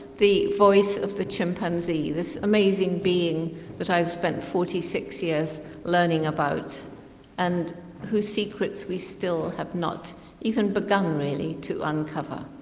the voice of the chimpanzee, this amazing being that i've spent forty six years learning about and whose secrets we still have not even begun really to uncover.